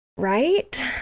right